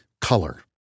color